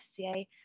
FCA